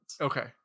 Okay